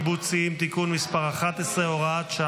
אוקיי, אנחנו נבדוק את זה.